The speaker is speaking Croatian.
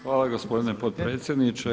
Hvala gospodine potpredsjedniče.